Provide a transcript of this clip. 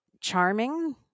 charming